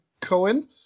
Cohen